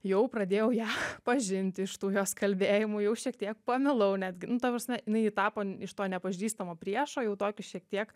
jau pradėjau ją pažinti iš tų jos kalbėjimų jau šiek tiek pamilau netgi nu ta prasme jinai tapo iš to nepažįstamo priešo jau tokiu šiek tiek